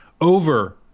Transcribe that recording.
over